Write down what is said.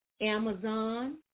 Amazon